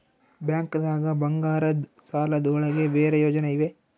ಬ್ಯಾಂಕ್ದಾಗ ಬಂಗಾರದ್ ಸಾಲದ್ ಒಳಗ್ ಬೇರೆ ಯೋಜನೆ ಇವೆ?